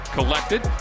Collected